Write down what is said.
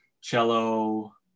cello